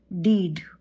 deed